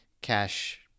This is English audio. cash